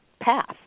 path